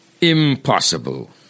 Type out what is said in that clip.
Impossible